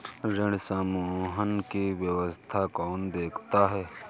ऋण समूहन की व्यवस्था कौन देखता है?